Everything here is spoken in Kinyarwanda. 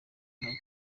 ntoki